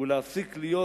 ולהפסיק להיות